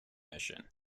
mission